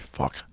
fuck